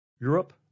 Europe